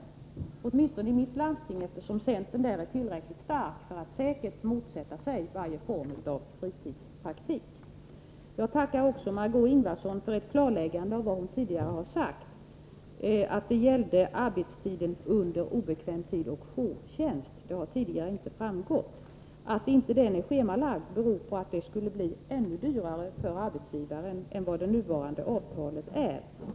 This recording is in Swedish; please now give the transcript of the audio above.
Detta gäller åtminstone i mitt landsting, eftersom centern där är tillräckligt stark för att kunna motsätta sig varje form av fritidspraktik. Jag tackar också Margö Ingvardsson för ett klarläggande av vad hon tidigare sagt, dvs. att det gällde jourtjänst under obekväm tid, vilket inte framgick av vad hon sade. Att denna tjänstgöring inte är schemalagd beror på att det skulle bli ännu dyrare för arbetsgivaren än vad det nuvarande avtalet är.